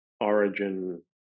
origin